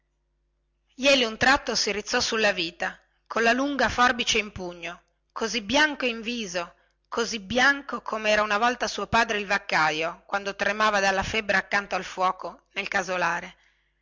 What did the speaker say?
jeli un tratto sera rizzato sulla vita colla lunga forbice in pugno e così bianco in viso così bianco come era una volta suo padre il vaccajo quando tremava dalla febbre accanto al fuoco nel casolare